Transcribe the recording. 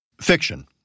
Fiction